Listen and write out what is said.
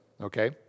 okay